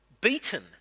beaten